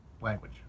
language